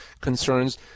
concerns